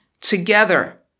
together